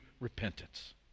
repentance